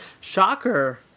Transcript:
Shocker